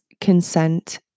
consent